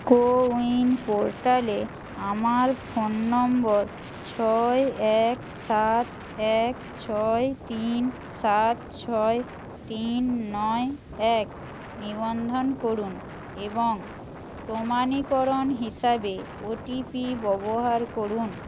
CoWIN পোর্টালে আমার phone number ছয় এক সাত এক ছয় তিন সাত ছয় তিন নয় এক নিবন্ধন করুন এবং প্রমাণীকরণ হিসাবে ওটিপি ববোহার করুন